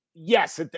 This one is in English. Yes